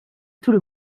tout